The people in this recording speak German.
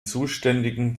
zuständigen